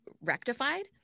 rectified